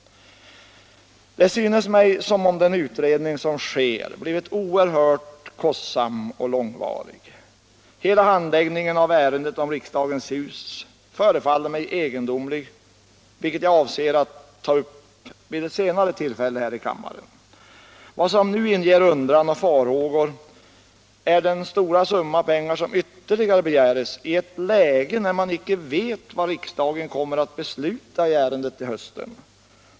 Det synes mig som om den utredning som sker blivit oerhört kostsam och långvarig. Hela handläggningen av ärendet om riksdagens hus förefaller mig egendomlig, vilket jag avser att ta upp vid ett senare tillfälle här i kammaren. Vad som nu inger undran och farhågor är den stora summa pengar som ytterligare begäres — i ett läge där man icke vet vad riksdagen kommer att besluta i ärendet till hösten.